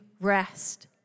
rest